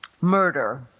murder